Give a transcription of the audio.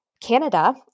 Canada